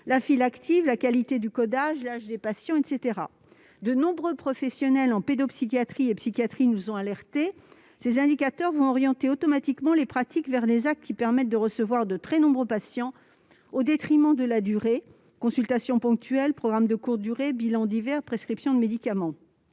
la file active, la qualité du codage, l'âge des patients, etc. De nombreux professionnels en pédopsychiatrie et en psychiatrie nous ont alertés. Selon eux, ces indicateurs vont automatiquement orienter les pratiques vers les actes qui permettent de recevoir de très nombreux patients, au détriment des soins de longue durée : consultations ponctuelles, programmes de courte durée, bilans divers, prescription de médicaments.